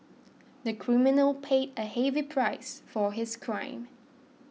the criminal paid a heavy price for his crime